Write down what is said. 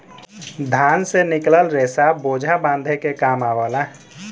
धान से निकलल रेसा बोझा बांधे के काम आवला